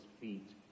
feet